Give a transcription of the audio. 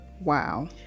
Wow